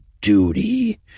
duty